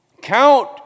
Count